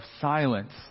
silence